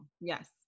yes